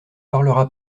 parlera